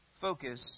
focus